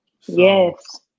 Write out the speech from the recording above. Yes